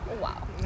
wow